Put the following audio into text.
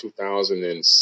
2007